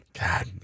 God